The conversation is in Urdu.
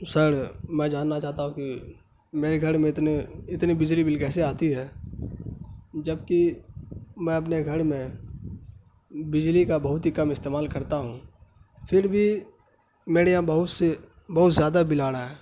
سر میں جاننا چاہتا ہوں کہ میرے گھر میں اتنے اتنے بجلی بل کیسے آتی ہے جبکہ میں اپنے گھر میں بجلی کا بہت ہی کم استعمال کرتا ہوں پھر بھی میرے یہاں بہت سے بہت زیادہ بل آ رہا ہے